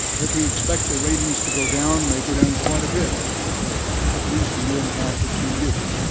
that we expect the ratings to go down, they may go down quite a bit for at least a year and a half, two years.